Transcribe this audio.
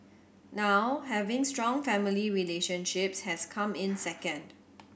now having strong family relationships has come in second